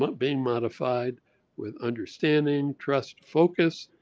but being modified with understanding, trust, focus.